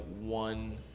one